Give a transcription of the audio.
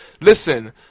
Listen